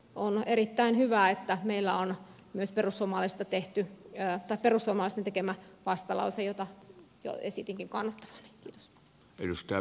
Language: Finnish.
on erittäin hyvä että meillä on myös perussuomalaisten tekemä vastalause jota jo esitinkin kannattavani